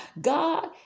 God